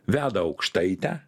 veda aukštaitę